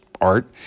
art